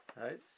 Right